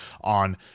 on